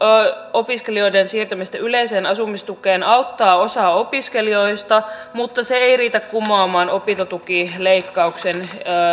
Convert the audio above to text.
opiskelijoiden siirtämisestä yleiseen asumistukeen auttaa osaa opiskelijoista mutta se ei riitä kumoamaan opintotukileikkauksen